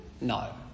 No